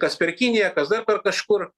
kas per kiniją kas dar per kažkur